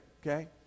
okay